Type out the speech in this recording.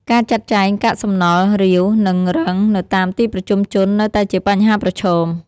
ការចាត់ចែងកាកសំណល់រាវ និងរឹងនៅតាមទីប្រជុំជននៅតែជាបញ្ហាប្រឈម។